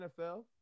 NFL